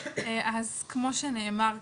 כמו שנאמר כאן,